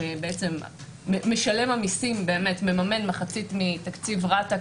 כשמשלם המיסים מממן מחצית מתקציב רת"א,